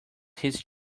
his